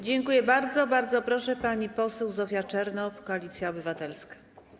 Dziękuję bardzo, Bardzo proszę, pani poseł Zofia Czernow, Koalicja Obywatelska.